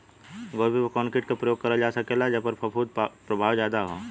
गोभी पर कवन कीट क प्रयोग करल जा सकेला जेपर फूंफद प्रभाव ज्यादा हो?